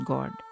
God